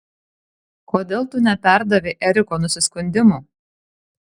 kodėl tu neperdavei eriko nusiskundimų